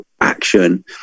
action